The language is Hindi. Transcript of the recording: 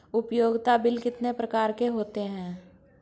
उपयोगिता बिल कितने प्रकार के होते हैं?